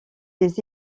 des